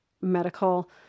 medical